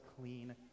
clean